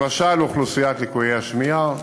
למשל לקויי שמיעה.